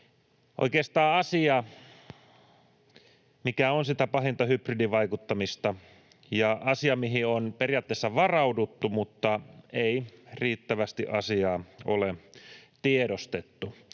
oikeastaan asia, mikä on sitä pahinta hybridivaikuttamista, ja asia, mihin on periaatteessa varauduttu, mutta ei riittävästi asiaa ole tiedostettu